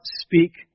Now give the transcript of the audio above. speak